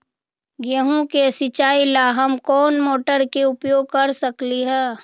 गेंहू के सिचाई ला हम कोंन मोटर के उपयोग कर सकली ह?